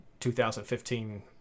2015